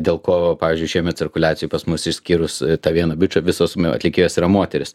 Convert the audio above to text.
dėl ko pavyzdžiui šiemet cirkuliacijoj pas mus išskyrus tą vieną bičą visos atlikėjos yra moterys